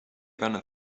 gonna